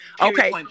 Okay